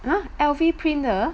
!huh! L_V print 的